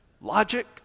logic